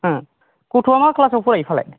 गथ'आ मा क्लासाव फरायो फालाय